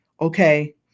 Okay